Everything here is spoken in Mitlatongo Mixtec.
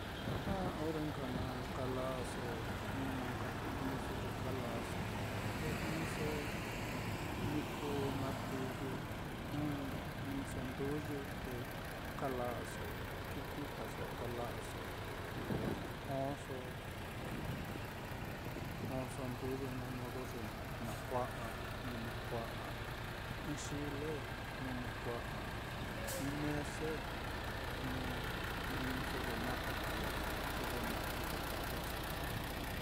A ore nka na kala'aso jnu na nka ku-iniso ye kala'aso, te jnɨso ni kuu martiyu, ɨ́ɨ́n jnɨso nduyu te kala'aso, kikuitaso kala'aso, jóso jóso nduyu naá modo ye na kua'a, jnu ni kua'a ɨ́ɨ́n xile, jnu ni kua'a ɨ́ɨ́n mese, jnu ku-iniso ye na ka kala'aso te ko ye naá kuu ye lo kajlaso.